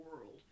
world